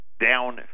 down